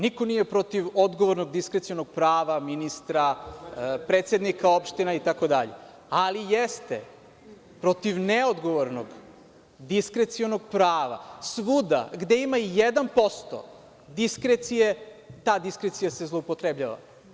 Niko nije protiv odgovornog diskrecionog prava ministra, predsednika opština itd, ali jeste protiv neodgovornog diskrecionog prava svuda gde ima i 1% diskrecije, ta diskrecija se zloupotrebljava.